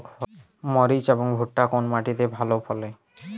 মরিচ এবং ভুট্টা কোন মাটি তে ভালো ফলে?